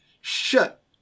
shut